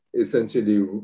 essentially